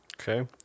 Okay